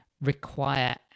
require